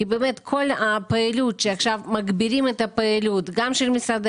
כי באמת עכשיו מגבירים את הפעילות גם של משרדי